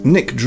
Nick